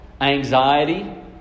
Anxiety